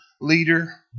leader